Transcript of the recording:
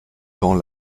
temps